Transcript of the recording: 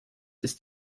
ist